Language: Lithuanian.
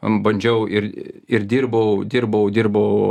bandžiau ir ir dirbau dirbau dirbau